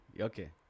Okay